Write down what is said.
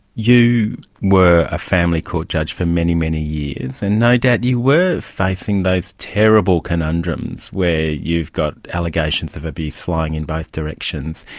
you were a family court judge for many, many years, and no doubt you were facing those terrible conundrums where you've got allegations of abuse flying in both directions,